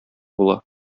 була